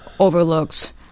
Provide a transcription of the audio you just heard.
overlooks